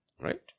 Right